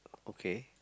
okay